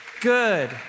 good